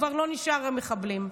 כבר לא נשארו מחבלים,